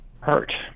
hurt